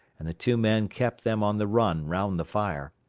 and the two men kept them on the run around the fire,